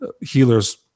healers